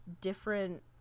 different